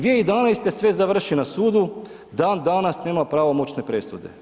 2011. sve završi na sudu, dandanas nema pravomoćne presude.